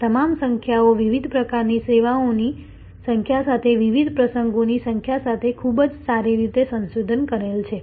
આ તમામ સંખ્યાઓ વિવિધ પ્રકારની સેવાઓની સંખ્યા સાથે વિવિધ પ્રસંગોની સંખ્યા સાથે ખૂબ જ સારી રીતે સંશોધન કરેલ છે